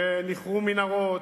ונכרו מנהרות,